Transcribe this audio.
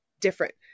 different